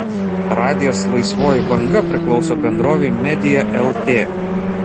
radijas laisvoji banga priklauso bendrovei media lt